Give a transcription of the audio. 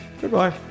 goodbye